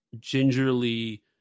gingerly